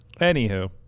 anywho